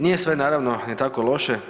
Nije sve naravno ni tako loše.